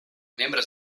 membres